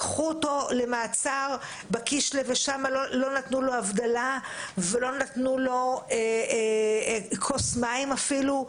לקחו אותו למעצר ולא נתנו לו הבדלה או כוס מים אפילו.